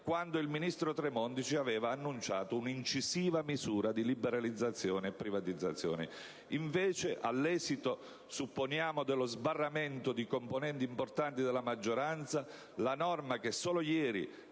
quando il ministro Tremonti aveva annunciato un'incisiva misura di liberalizzazione e privatizzazione. Invece, all'esito, supponiamo, dello sbarramento di componenti importanti della maggioranza, la norma che solo ieri